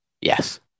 Yes